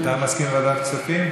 אתה מסכים לוועדת הכספים?